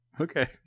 Okay